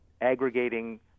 aggregating